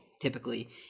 typically